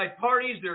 parties